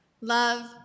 Love